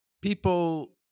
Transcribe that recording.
people